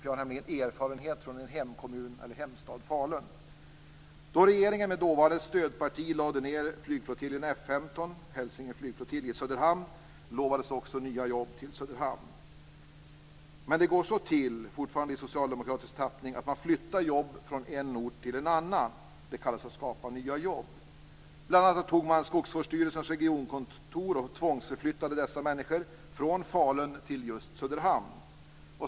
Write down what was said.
Jag har nämligen erfarenhet från min hemstad, Falun. Då regeringen, med dåvarande stödparti, lade ned flygflottiljen F 15, Hälsinge flygflottilj, i Söderhamn lovades också nya jobb till Söderhamn. Men det går så till, fortfarande i socialdemokratisk tappning, att man flyttar jobb från en ort till en annan. Det kallas att skapa nya jobb. Bl.a. tog man Skogsvårdsstyrelsens regionkontor och tvångsförflyttade dessa människor från Falun till just Söderhamn.